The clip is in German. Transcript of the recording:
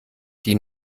die